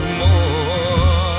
more